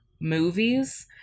movies